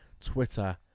twitter